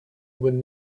would